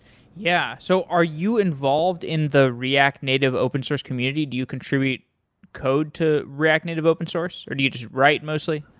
yeah. so are you involved in the react native open-source community? do you contribute code to react native open-source, or do you just write mostly?